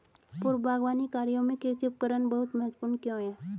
पूर्व बागवानी कार्यों में कृषि उपकरण बहुत महत्वपूर्ण क्यों है?